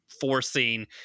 forcing